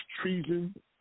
treason